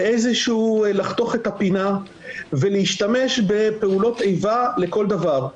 לחתוך את הפינה ולהשתמש בפעולות איבה לכל דבר.